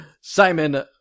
Simon